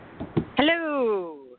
Hello